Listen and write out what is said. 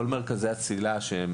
כל מרכזי הצלילה מקבלים